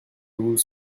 vous